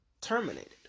terminated